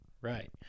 Right